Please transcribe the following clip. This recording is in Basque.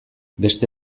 beste